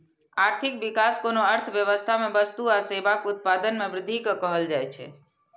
आर्थिक विकास कोनो अर्थव्यवस्था मे वस्तु आ सेवाक उत्पादन मे वृद्धि कें कहल जाइ छै